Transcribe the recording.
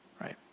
right